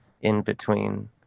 in-between